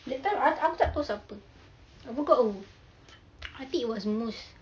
that time aku tak tahu siapa I forgot who I think it was mus